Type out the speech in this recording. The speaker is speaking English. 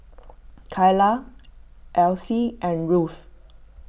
Kylah Elyse and Ruth